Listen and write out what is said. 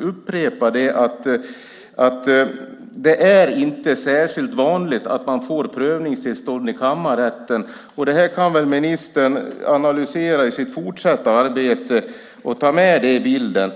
upprepa att det inte är särskilt vanligt att man får prövningstillstånd i kammarrätten. Det här kan ministern analysera i sitt fortsatta arbete och ta med i bilden.